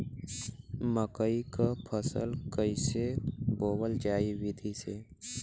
मकई क फसल कईसे बोवल जाई विधि से?